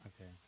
Okay